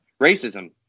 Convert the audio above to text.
racism